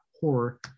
horror